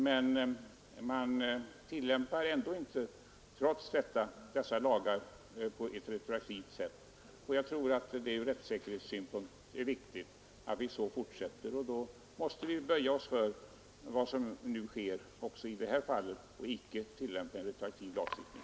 Men vi tillämpar trots dessa skärpningar inte lagarna retroaktivt. Jag tror att det är en ur rättssäkerhetssynpunkt viktig princip. Då måste vi böja oss för vad som sker också i detta fall och icke tillämpa retroaktiv lagstiftning.